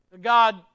God